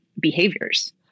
behaviors